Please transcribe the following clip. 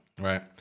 right